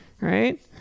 Right